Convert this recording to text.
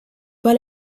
pas